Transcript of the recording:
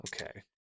Okay